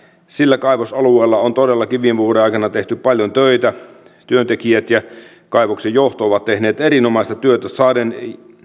sillä kaivosalueella on todellakin viime vuoden aikana tehty paljon töitä työntekijät ja kaivoksen johto ovat tehneet erinomaista työtä saaden